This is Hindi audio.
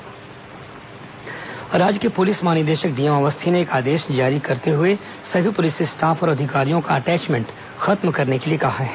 डीजीपी बैठक राज्य के पुलिस महानिदेशक डीएम अवस्थी ने एक आदेश जारी करते हुए सभी पुलिस स्टाफ और अधिकारियों का अटैचमेंट खत्म करने के लिए कहा है